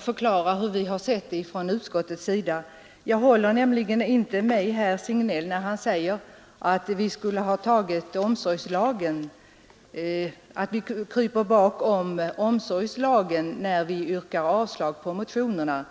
förklara hur vi sett på denna fråga från utskottets sida. Jag håller inte med herr Signell då han säger att vi kryper bakom omsorgslagen när vi yrkar avslag på motionerna.